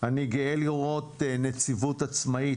אני גאה לראות נציבות עצמאית,